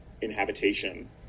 inhabitation